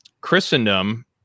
Christendom